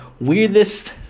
weirdest